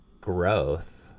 growth